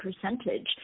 percentage